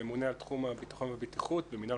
ממונה על תחום הביטחון והבטיחות במינהל